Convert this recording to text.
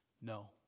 No